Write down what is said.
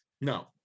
No